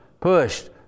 pushed